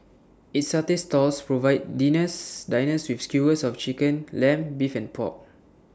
its satay stalls provide dinners diners with skewers of Chicken Lamb Beef and pork